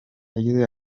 yagize